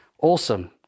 awesome